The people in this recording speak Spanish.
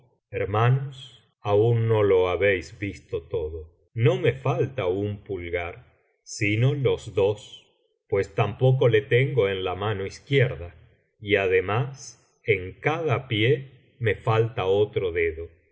hermanos aún no lo babéis visto todo no me falta un pulgar sino los dos pues tampoco le tengo en la mano izquierda y además en cada pie me falta otro dedo